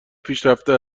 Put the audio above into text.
پیشرفته